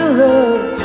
love